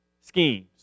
schemes